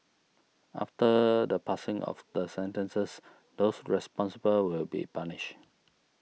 after the passing of the sentences those responsible will be punished